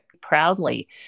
proudly